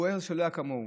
הוא הרס שלא היה כמוהו.